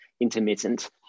intermittent